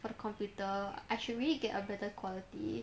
for the computer I should really get a better quality